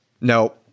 No